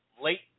late